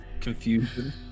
confusion